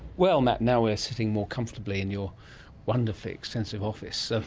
well, matt, now we're sitting more comfortably in your wonderfully extensive office.